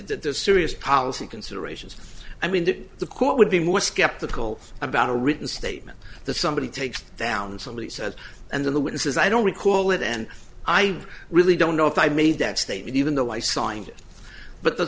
that there's serious policy considerations i mean that the court would be more skeptical about a written statement the somebody takes down and somebody says and then the witnesses i don't recall it and i really don't know if i made that statement even though i signed it but th